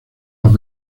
los